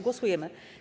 Głosujemy.